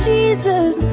Jesus